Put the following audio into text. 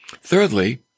Thirdly